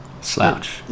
Slouch